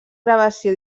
gravació